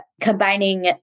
combining